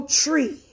tree